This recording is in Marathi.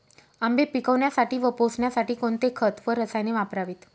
आंबे पिकवण्यासाठी व पोसण्यासाठी कोणते खत व रसायने वापरावीत?